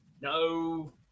No